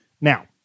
Now